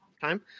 time